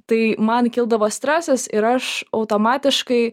tai man kildavo stresas ir aš automatiškai